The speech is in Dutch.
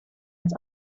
het